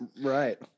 Right